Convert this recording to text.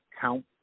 Count